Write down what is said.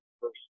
first